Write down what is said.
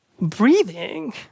breathing